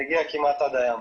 הוא מגיע כמעט עד היום.